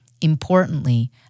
Importantly